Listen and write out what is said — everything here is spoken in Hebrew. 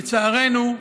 לצערנו,